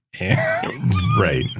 right